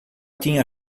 tinha